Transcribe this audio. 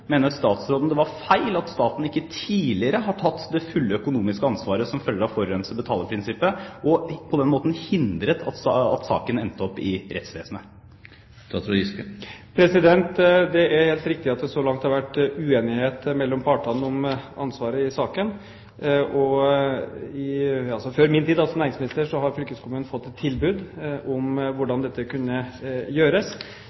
Mener statsråden det var feil at staten ikke tidligere har tatt det fulle økonomiske ansvaret som følger av forurenser betaler-prinsippet, og på den måten hindret at saken endte opp i rettsvesenet? Det er helt riktig at det så langt har vært uenigheter mellom partene om ansvaret i saken. Før min tid som næringsminister har fylkeskommunen fått et tilbud om